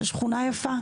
שכונה יפה.